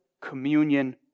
communion